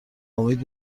امید